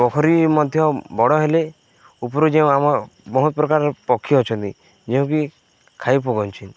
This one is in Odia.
ପୋଖରୀ ମଧ୍ୟ ବଡ଼ ହେଲେ ଉପରୁ ଯେଉଁ ଆମ ବହୁତ ପ୍ରକାର ପକ୍ଷୀ ଅଛନ୍ତି ଯେଉଁକି ଖାଇ